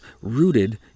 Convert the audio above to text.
rooted